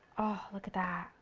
look at that.